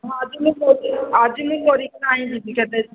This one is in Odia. ହଁ ଆଜି ମୁଁ ଆଜି ମୁଁ କରିକିନା ହିଁ ଯିବି କେତେ